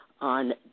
on